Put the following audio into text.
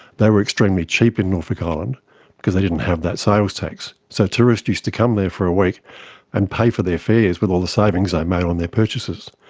they were extremely cheap in norfolk island because they didn't have that sales tax. so tourists used to come there for a week and pay for their fares with all the savings they made on their purchases.